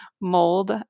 mold